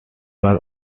was